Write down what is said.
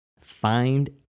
Find